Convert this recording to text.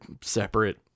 separate